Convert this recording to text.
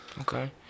Okay